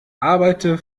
arbeite